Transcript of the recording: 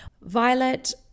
Violet